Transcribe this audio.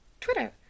Twitter